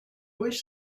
wish